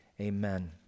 amen